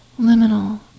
liminal